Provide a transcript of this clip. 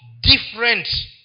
different